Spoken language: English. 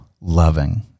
loving